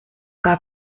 gar